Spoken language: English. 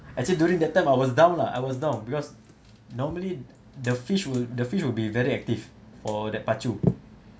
actually during that time I was down lah I was down because normally the fish will the fish will be very active for that pacu